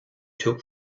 took